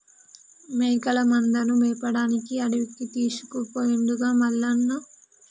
మేకల మందను మేపడానికి అడవికి తీసుకుపోయిండుగా మల్లన్న